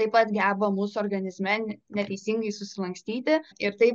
taip pat geba mūsų organizme neteisingai susilankstyti ir tai